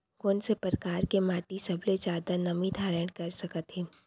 कोन से परकार के माटी सबले जादा नमी धारण कर सकत हे?